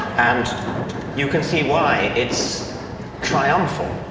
and you can see why. it's triumphal.